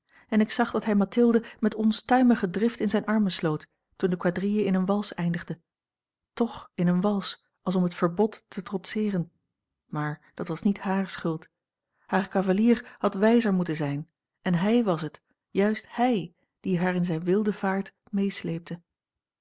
en ik zag dat hij mathilde met onstuimige drift in zijne armen sloot toen de quadrille in eene wals eindigde toch in eene wals als om het verbod te trotseeren maar dat was niet hare schuld haar cavalier had wijzer moeten zijn en hij was het juist hij die haar in zijne wilde vaart meesleepte